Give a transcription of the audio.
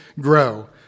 grow